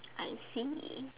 I see